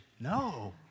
No